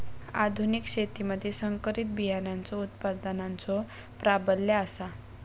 आधुनिक शेतीमधि संकरित बियाणांचो उत्पादनाचो प्राबल्य आसा